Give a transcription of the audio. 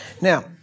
Now